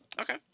Okay